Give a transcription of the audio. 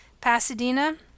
Pasadena